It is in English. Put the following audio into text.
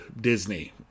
Disney